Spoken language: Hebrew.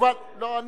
הוא יודע את זה היטב.